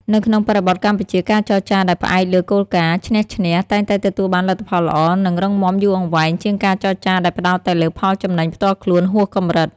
នៅក្នុងបរិបទកម្ពុជា ការចរចាដែលផ្អែកលើគោលការណ៍ "ឈ្នះ-ឈ្នះ" តែងតែទទួលបានលទ្ធផលល្អ និងរឹងមាំយូរអង្វែងជាងការចរចាដែលផ្ដោតតែលើផលចំណេញផ្ទាល់ខ្លួនហួសកម្រិត។